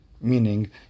meaning